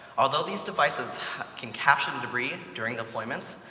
although these devices can capture the debris during deployments,